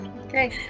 Okay